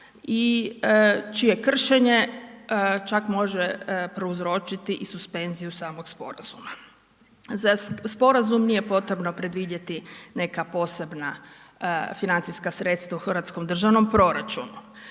i čije kršenje čak može prouzročiti i suspenziju samog sporazuma. Za sporazum nije potrebno predvidjeti neka posebna financijska sredstva u hrvatskom državnom proračunu.